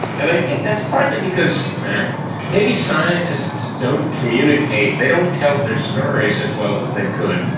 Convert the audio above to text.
and i think that's partly because maybe scientists don't communicate, they don't tell their stories as well as they could.